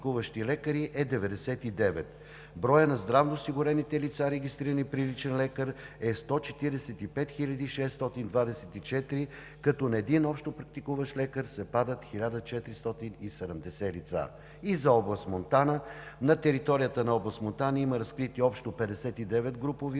е 99, броят на здравноосигурените лица, регистрирани при личен лекар, е 145 624, като на един общопрактикуващ лекар се падат 1470 лица. Област Монтана. На територията на област Монтана има разкрити общо 59 групови